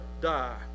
die